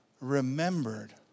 remembered